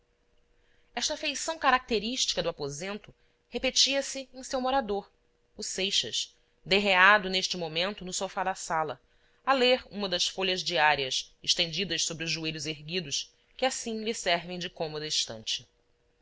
esta feição característica do aposento repetia-se em seu morador o seixas derreado neste momento no sofá da sala a ler uma das folhas diárias estendidas sobre os joelhos erguidos que assim lhe servem de cômoda estante